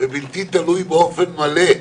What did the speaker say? ובלתי תלוי באופן מלא,